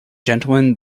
gentlemen